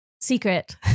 secret